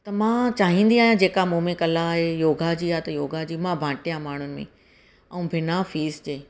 त मां चाहींदी आहियां जेका मूं में कला आहे योगा जी आहे त योगा जी मां बाटियां माण्हुनि में ऐं बिना फ़ीस जे